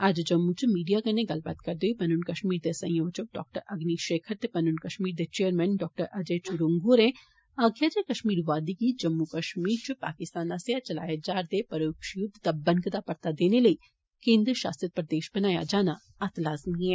अज्ज जम्मू च मीडिया कन्नै गल्ल करदे होई पनून कष्मीर दे संयोजक डाक्टर अग्नि षेखर ते पनून कष्मीर दे चेयरमैन डाक्टर अजय चरुगू होरे आक्खेआ जे कष्मीर वादी गी जम्मू कष्मीर च पाकिस्तान आस्सेआ चलाए जारदे प्ररोक्ष युद्ध दा बनकदा परता देने लेई केन्द्र षासित प्रदेष बनाना लाज़मी ऐ